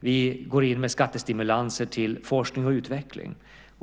Vi går in med skattestimulanser till forskning och utveckling.